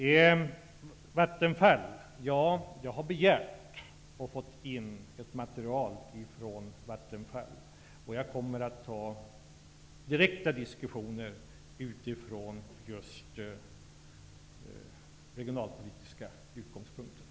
Får jag sedan säga att jag har begärt att få ett material från Vattenfall, och jag kommer att ta upp direkta diskussioner just med regionalpolitiska utgångspunkter.